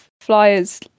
flyers